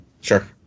Sure